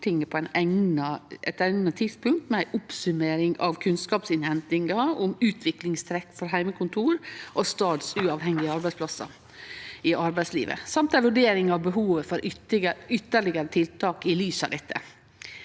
på eit eigna tidspunkt med ei oppsummering av kunnskapsinnhentinga og utviklingstrekk for heimekontor og staduavhengige arbeidsplassar i arbeidslivet og ei vurdering av behovet for ytterlegare tiltak i lys av dette.